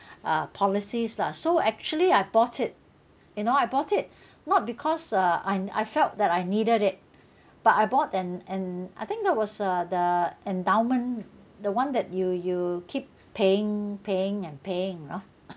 uh policies lah so actually I bought it you know I bought it not because uh I'm I felt that I needed it but I bought and and I think that was uh the endowment the one that you you keep paying paying and paying you know